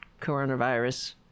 coronavirus